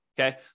Okay